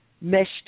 meshed